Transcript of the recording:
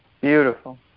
Beautiful